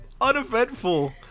uneventful